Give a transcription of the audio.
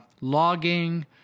logging